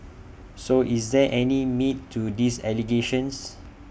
so is there any meat to these allegations